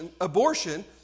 abortion